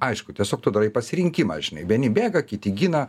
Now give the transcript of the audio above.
aišku tiesiog tu darai pasirinkimą žinai vieni bėga kiti gina